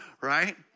right